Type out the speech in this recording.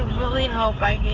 really hope i